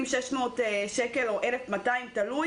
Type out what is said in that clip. מלגת קיום של 600 שקלים או 1,200 שקלים.